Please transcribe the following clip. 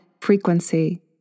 frequency